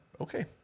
okay